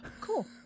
cool